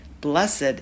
Blessed